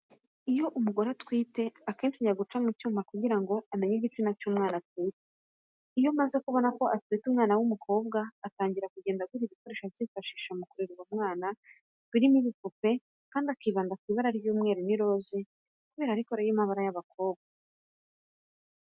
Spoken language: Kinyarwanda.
Iyo umugore atwite akenshi ahita ajya guca mu cyuma kugira ngo amenye igitsina cy'umwana atwite. Iyo amaze kubona ko atwite umwana w'umukobwa atangira kugenda agura ibikoresho azifashisha mu kurera uwo mwana birimo ibipupe kandi akibanda ku ibara ry'umweru n'iroze kubera ko ari amabara y'abakobwa.